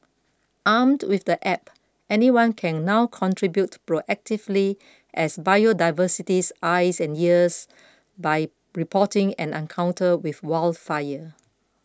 armed with the app anyone can now contribute proactively as biodiversity's eyes and ears by reporting an encounter with warefare